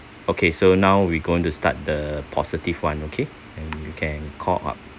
okay so now we going to start the positive one okay and you can call up